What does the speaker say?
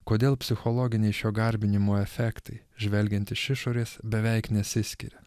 kodėl psichologiniai šio garbinimo efektai žvelgiant iš išorės beveik nesiskiria